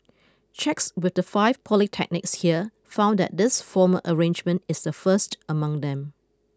checks with the five polytechnics here found that this formal arrangement is the first among them